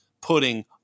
putting